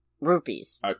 rupees